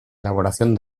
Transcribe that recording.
elaboración